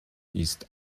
ist